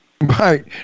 Right